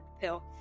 pill